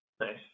Nice